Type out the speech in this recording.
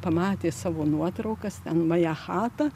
pamatė savo nuotraukas ten vajehatą